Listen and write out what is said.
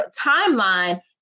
timeline